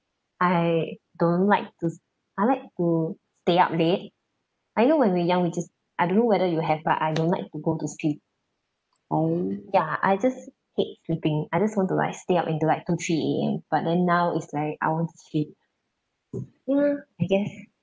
I don't like to I like to stay up late I know when we're young we're just I don't know whether you have but I don't like to go to sleep I will ya I just hate sleeping I just want to like stay up until like two three A_M but then now it's like I want to sleep I guess